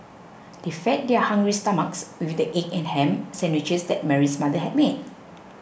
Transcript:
they fed their hungry stomachs with the egg and ham sandwiches that Mary's mother had made